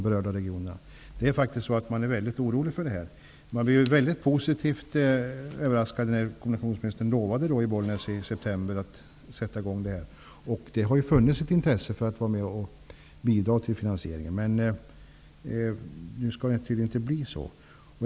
Människor är faktiskt väldigt oroliga i det här sammanhanget. Man blev dock väldigt positivt överraskad över kommunikationsministerns löfte i Bollnäs i september om att det här projektarbetet skulle sättas i gång. Det har ju funnits ett intresse för att bidra till finansieringen. Men nu skall det tydligen inte bli som det sagts.